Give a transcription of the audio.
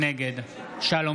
נגד יצחק שמעון